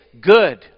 good